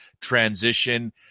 transition